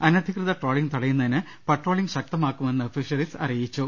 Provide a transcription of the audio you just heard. അനധികൃ ത ട്രോളിങ് തടയുന്നതിന് പട്രോളിംഗ് ശക്തമാക്കുമെന്ന് ഫിഷറീസ് അറിയി ച്ചു